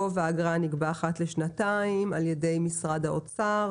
גובה האגרה נקבע אחת לשנתיים על ידי משרד האוצר